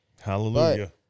Hallelujah